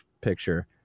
picture